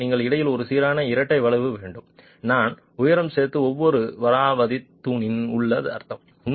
அதனால் நீங்கள் இடையே ஒரு சீரான இரட்டை வளைவு வேண்டும் நான் உயரம் சேர்த்து ஒவ்வொரு வாராவதித் தூண் உள்ள அர்த்தம்